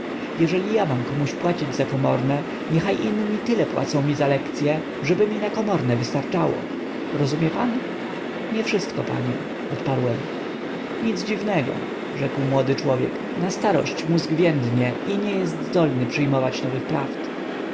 jeżeli ja mam komuś płacić za komorne niech inni tyle płacą mi za lekcye żeby mi na komorne wystarczyło rozumie pan niewszystko panie odparłem nic dziwnego rzekł młody człowiek na starość mózg więdnie i nie jest zdolny przyjmować nowych prawd